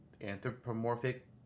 anthropomorphic